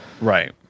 right